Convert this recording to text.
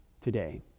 today